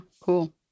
Cool